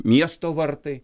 miesto vartai